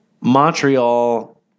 Montreal